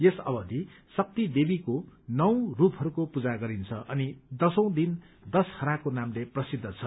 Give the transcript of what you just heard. यस अवधि शक्ति देवीको नौ सूपहस्को पूजा गरिन्छ अनि दशौँ दिन दशहराको नामले प्रसिद्ध छ